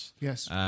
Yes